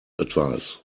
advice